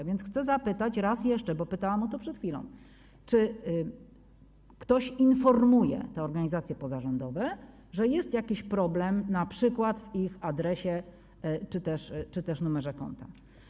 A więc chcę zapytać raz jeszcze, bo pytałam o to przed chwilą, czy ktoś informuje te organizacje pozarządowe, że jest jakiś problem np. z ich adresem czy też numerem konta.